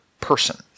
person